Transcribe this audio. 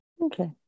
Okay